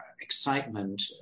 excitement